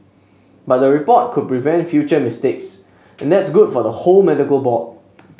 but the report could prevent future mistakes and that's good for the whole medical board